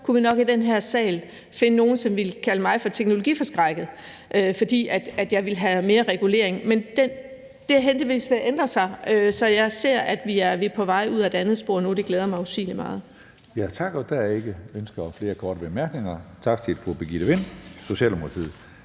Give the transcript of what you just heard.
kunne vi nok finde nogen i den her sal, som ville kalde mig for teknologiforskrækket, fordi jeg ville have mere regulering, men det er heldigvis ved at ændre sig. Så jeg ser, at vi er på vej ud ad et andet spor nu, og det glæder mig usigelig meget.